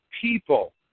people